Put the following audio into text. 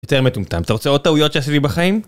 יותר מטומטם, אתה רוצה עוד טעויות שעשיתי בחיים?